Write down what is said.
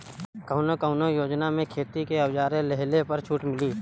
कवन कवन योजना मै खेती के औजार लिहले पर छुट मिली?